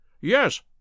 Yes